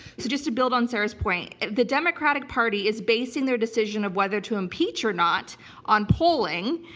so just to build on sarah's point, the democratic party is basing their decision of whether to impeach or not on polling.